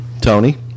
tony